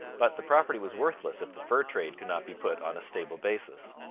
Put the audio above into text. but the property was worthless if the fur trade could not be put on a stable basis.